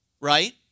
right